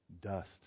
dust